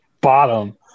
bottom